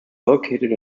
located